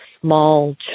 small